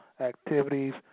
activities